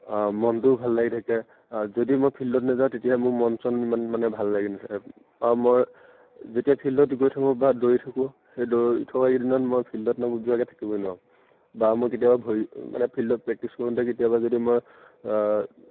মনটোও ভাল লাগি থাকে যদি মই ফিল্ডত নেযাওঁ তেতিয়াহে মোৰ মন চন ইমান মানে ভাল লাগি নেথাকে আৰু মই যেতিয়া ফিল্ডত গৈ থাকোঁ বা দৌৰি থাকোঁ সেই দৌৰি থকা কেইদিনত মই ফিল্ডত নোযোৱাকৈ থাকিবই নোৱাৰোঁ বা মই কেতিয়াবা ভৰি মানে ফিল্ডত প্ৰেক্টিছ কৰোঁতে কেতিয়াবা যদি মই